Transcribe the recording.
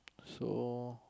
so